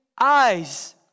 eyes